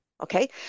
Okay